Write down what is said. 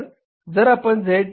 तर जर आपण Z